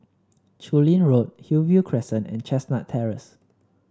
Chu Lin Road Hillview Crescent and Chestnut Terrace